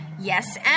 yes